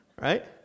right